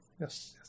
yes